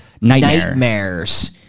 nightmares